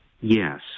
Yes